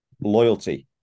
loyalty